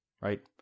right